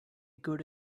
good